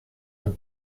and